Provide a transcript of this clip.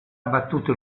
abbattuto